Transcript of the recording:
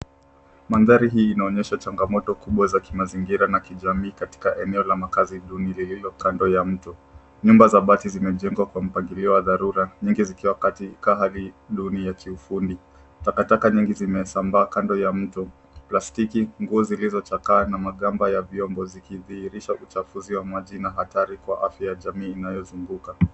Mandhari hii inaonnyesha chagamoto kubwa hali kimazingira na kijamii katika eneo la makahzi duni lililokando ya mto. Nyumba za bati zimejegwa kwa mpangiliao wa dharura nyingi zikiwa katika hali duni ya kiufundi. Takataka nyingi zimesambaa kado ya mto plastiki ,nguo zilizochakaa na magamba ya vyombo zikidhihirisha uchafunzi maji na hatari afya kwa jamii inayozuguka.